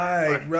Right